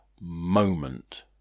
moment